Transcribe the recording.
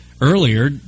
earlier